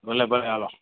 ભલે ભલે ચાલો